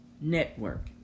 network